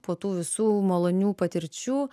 po tų visų malonių patirčių